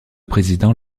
président